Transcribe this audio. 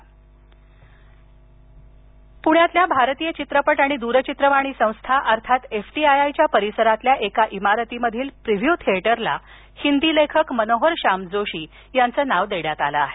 FTII प्ण्यातील भारतीय चित्रपट आणि द्रचित्रवाणी संस्थ अर्थात एफटीआयआय च्या परिसरातील एका इमारतीमधील प्रिव्ह्यू थिएटरला हिंदी लेखक मनोहर श्याम जोशी यांचं नावे देण्यात आलं आहे